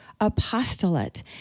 Apostolate